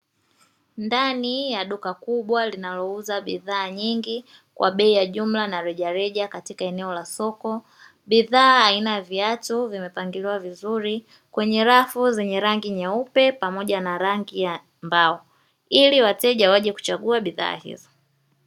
Ndani ya duka kubwa linalouza bidhaa nyingi, kwa bei ya jumla na rejareja katika eneo la soko. Bidhaa aina ya viatu vimepangiliwa vizuri kwenye rafu zenye rangi nyeupe pamoja na rangi ya mbao, ili wateja waje kuchagua bidhaa hizo.